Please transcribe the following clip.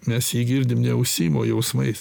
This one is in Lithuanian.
mes jį girdim ne ausim o jausmais